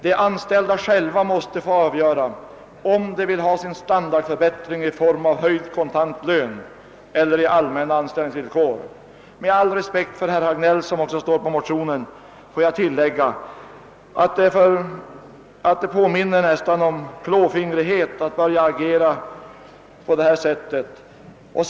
De anställda själva måste få avgöra om de vill ha sin standardförbättring i form av höjd kontant lön eller i form av en förbättring av de allmänna anställningsvillkoren. Med all respekt för herr Hagnell som undertecknat motionen vill jag tillägga att det påminner om klå fingrighet att börja agera på det sätt som föreslås.